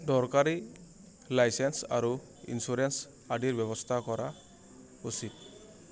দৰকাৰী লাইচেঞ্চ আৰু ইঞ্চুৰেঞ্চ আদিৰ ব্যৱস্থা কৰা উচিত